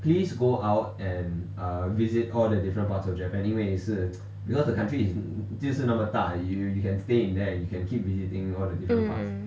mm mm